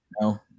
No